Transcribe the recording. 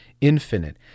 infinite